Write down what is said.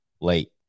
late